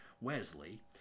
Wesley